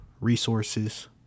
resources